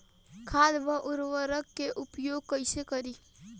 खाद व उर्वरक के उपयोग कइसे करी?